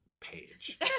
page